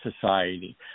society